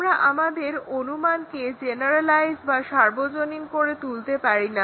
আমরা আমাদের অনুমানকে জেনারালাইজ বা সার্বজনীন করে তুলতে পারিনা